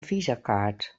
visakaart